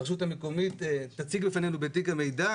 והרשות המקומית תציג בפנינו בתיק המידע